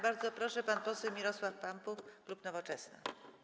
Bardzo proszę, pan poseł Mirosław Pampuch, klub Nowoczesna.